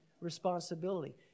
responsibility